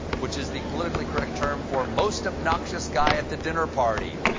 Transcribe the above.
which is the politically correct term for most obnoxious guy at the dinner party.